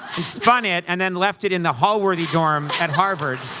and spun it and then left it in the holworthy dorm at harvard?